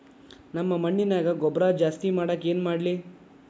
ನಮ್ಮ ಮಣ್ಣಿನ್ಯಾಗ ಗೊಬ್ರಾ ಜಾಸ್ತಿ ಮಾಡಾಕ ಏನ್ ಮಾಡ್ಲಿ?